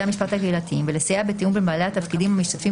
השפט הקהילתיים ולסייע בתיאום בין בעלי התפקידים המשתתפים